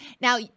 Now